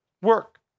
work